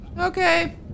Okay